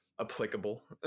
applicable